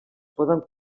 poden